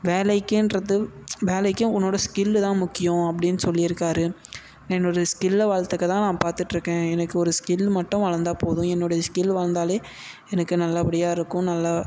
வேலைக்குன்றது வேலைக்கும் உன்னோடய ஸ்கில்லு தான் முக்கியம் அப்படின்னு சொல்லிருக்கார் என்னோடய ஸ்கில்லை வளர்த்துக்க தான் நான் பார்த்துட்ருக்கேன் எனக்கு ஒரு ஸ்கில் மட்டும் வளர்ந்தா போதும் என்னுடைய ஸ்கில் வளர்ந்தாலே எனக்கு நல்லபடியாக இருக்கும் நல்லா